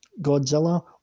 Godzilla